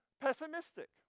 pessimistic